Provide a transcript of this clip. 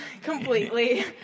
completely